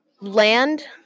land